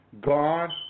God